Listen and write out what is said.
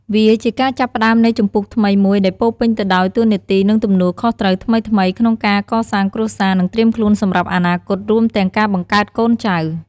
វាជាការចាប់ផ្តើមនៃជំពូកថ្មីមួយ ដែលពោរពេញទៅដោយតួនាទី និងទំនួលខុសត្រូវថ្មីៗ ក្នុងការកសាងគ្រួសារ និងត្រៀមខ្លួនសម្រាប់អនាគត រួមទាំងការបង្កើតកូនចៅ។